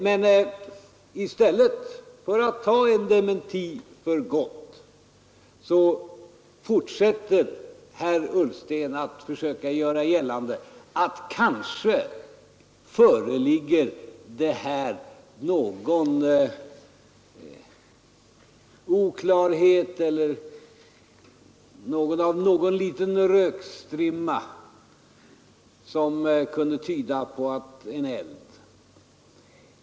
Men i stället för att godta en dementi Ang. den fysiska fortsätter herr Ullsten att försöka göra gällande att det kanske föreligger riksplaneringen någon oklarhet här eller någon liten rökstrimma, som kunde tyda på en eld.